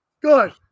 Good